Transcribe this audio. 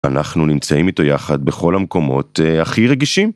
אנחנו נמצאים איתו יחד בכל המקומות הכי רגישים.